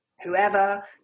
whoever